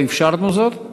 לא אפשרנו זאת.